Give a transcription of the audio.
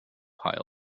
pile